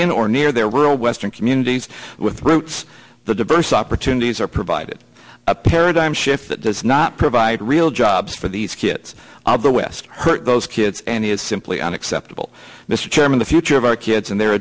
in or near their real western communities with roots the diverse opportunities are provided a paradigm shift that does not provide real jobs for these kids the west hurt those kids and is simply unacceptable this chairman the future of our kids and their